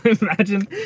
imagine